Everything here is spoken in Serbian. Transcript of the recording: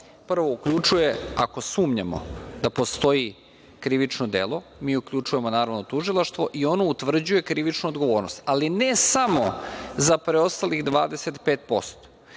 prvo, uključuje, ako sumnjamo da postoji krivično delo, tužilaštvo i ono utvrđuje krivičnu odgovornost, ali ne samo za preostalih 25%,